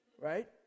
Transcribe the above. right